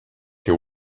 your